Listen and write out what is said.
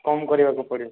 କମ୍ କରିବାକୁ ପଡ଼ିବ